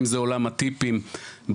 אם זה עולם הטיפים במלצרות,